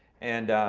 and,